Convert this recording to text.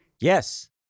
Yes